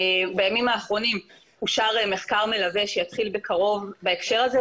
בימים האחרונים אושר מחקר מלווה שיתחיל בקרוב בהקשר הזה,